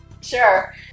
Sure